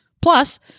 Plus